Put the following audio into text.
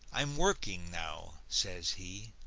i'm working now, says he,